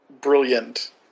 brilliant